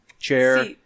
chair